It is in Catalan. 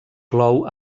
clou